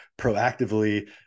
proactively